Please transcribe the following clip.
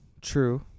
true